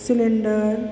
cylinder